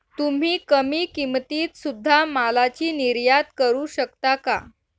तुम्ही कमी किमतीत सुध्दा मालाची निर्यात करू शकता का